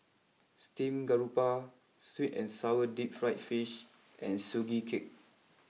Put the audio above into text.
Steamed Garoupa sweet and Sour deep Fried Fish and Sugee Cake